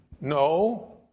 No